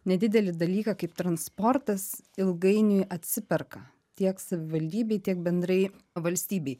nedidelį dalyką kaip transportas ilgainiui atsiperka tiek savivaldybei tiek bendrai valstybei